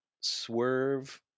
swerve